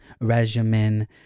regimen